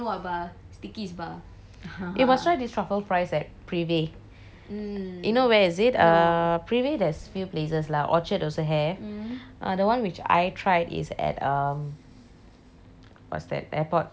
eh must try this truffle fries at prive you know where is it err prive there's few places lah orchard also have err the one which I tried is at um what's that airport what is the new jewel